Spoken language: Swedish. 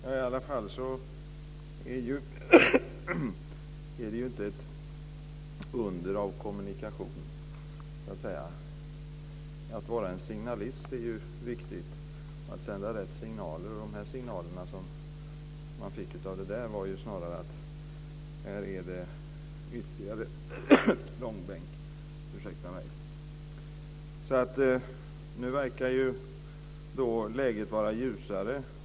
Fru talman! Det är inte ett under av kommunikation. Det är viktigt att sända rätt signaler. De signaler som man fick av interpellationssvaret var att det skulle bli ytterligare långbänk. Nu verkar läget vara ljusare.